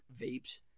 vapes